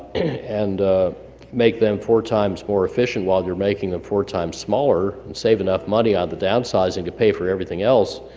and make them four times more efficient while you're making them four times smaller, smaller, and save enough money on the downsizing to pay for everything else,